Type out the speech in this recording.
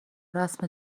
رسم